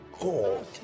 God